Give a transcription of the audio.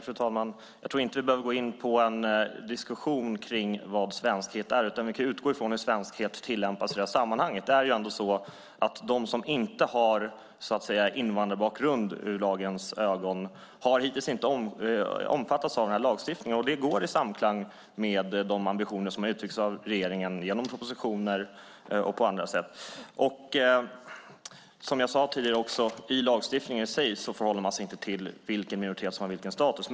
Fru talman! Jag tror inte att vi behöver gå in på en diskussion om vad svenskhet är, utan vi kan utgå från hur svenskhet tillämpas i det här sammanhanget. De som inte har invandrarbakgrund i lagens ögon har hittills inte omfattats av den här lagstiftningen. Det är i samklang med de ambitioner som uttrycks av regeringen genom propositioner och på andra sätt. Som jag sade tidigare förhåller man sig i lagstiftningen inte till vilken minoritet som har vilken status.